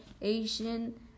Asian